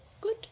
good